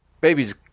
baby's